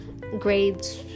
grades